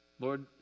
Lord